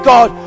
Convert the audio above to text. God